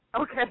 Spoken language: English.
Okay